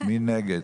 מי נגד?